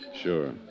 Sure